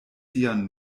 sian